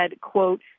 quote